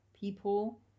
People